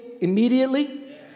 immediately